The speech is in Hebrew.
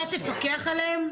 אתה תפקח עליהם?